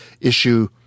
issue